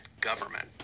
government